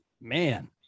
man